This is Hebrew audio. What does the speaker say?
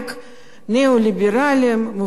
ניאו-ליברלים מובהקים.